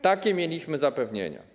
Takie mieliśmy zapewnienie.